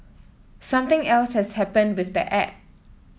something else has happened with the app